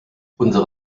unsere